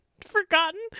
forgotten